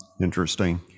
interesting